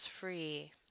free